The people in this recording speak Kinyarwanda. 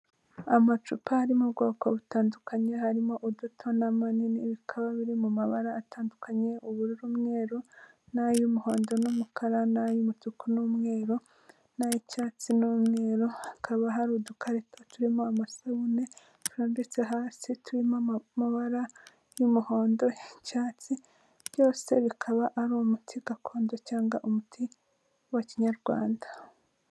Amacupa ari mu bwoko butandukanye harimo uduto n'amanini bikaba biri mu mabara atandukanye ubururu, umweru n'ay'umuhondo n'umukara n'ay'umutuku n'umweru n'ay'icyatsi n'umweru, hakaba hari udukarito turimo amasabune turambitse hasi turimo amabara y'umuhondo n'icyatsi, byose bikaba ari umuti gakondo cyangwa umuti wa Kinyarwanda.